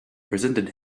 presented